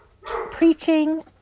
preaching